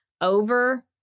over